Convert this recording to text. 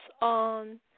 on